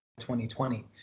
2020